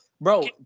bro